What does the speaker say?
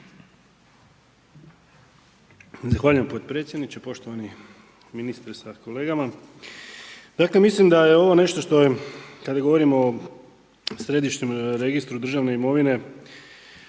Zahvaljujem podpredsjedniče, poštovani ministre sa kolegama. Dakle mislim da je ovo nešto što je kada govorimo o središnjem registru državne imovine